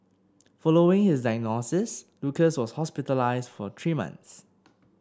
following his diagnosis Lucas was hospitalised for three months